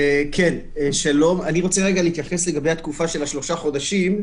אני רוצה להתייחס לתקופה של שלושה חודשים.